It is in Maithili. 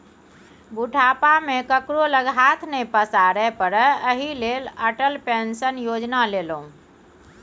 बुढ़ापा मे केकरो लग हाथ नहि पसारै पड़य एहि लेल अटल पेंशन योजना लेलहु